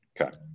Okay